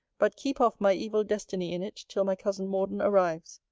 but keep off my evil destiny in it till my cousin morden arrives.